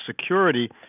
security